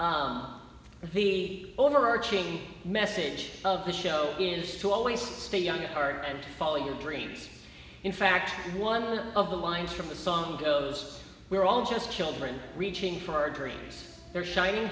on the overarching message of the show is to always stay young at heart and follow your dreams in fact one of the lines from the song goes we're all just children reaching for dreams they're shining